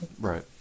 Right